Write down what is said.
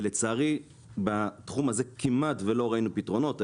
ולצערי בתחום הזה כמעט ולא ראינו פתרונות.